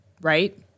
Right